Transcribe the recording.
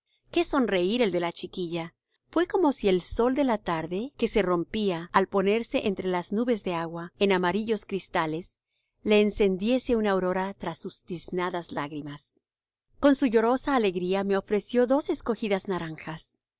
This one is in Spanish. qué sonreir el de la chiquilla fué como si el sol de la tarde que se rompía al ponerse entre las nubes de agua en amarillos cristales le encendiese una aurora tras sus tiznadas lágrimas con su llorosa alegría me ofreció dos escogidas naranjas